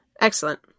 Excellent